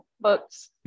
books